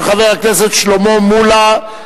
של חבר הכנסת שלמה מולה,